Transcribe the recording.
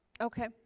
Okay